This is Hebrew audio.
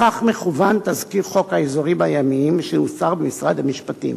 לכך מכוון תזכיר חוק האזורים הימיים שנוסח במשרד המשפטים.